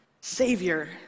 Savior